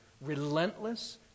relentless